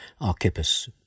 Archippus